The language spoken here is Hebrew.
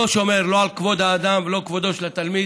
לא שומר לא על כבוד האדם, לא על כבוד התלמיד.